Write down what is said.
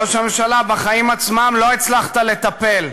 ראש הממשלה, בחיים עצמם לא הצלחת לטפל.